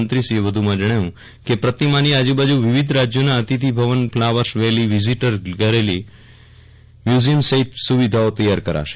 મંત્રી શ્રીએ વધુમાં જણાવ્યું કે પ્રતિમાની આજુબાજુ વિવિધ રાજ્યોના અતિથિ ભવન flowers valley visitor gallery museum સહિતની સુવિધાઓ તૈયાર કરાશે